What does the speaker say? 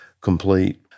complete